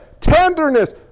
tenderness